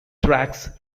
tracks